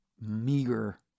meager